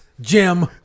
Jim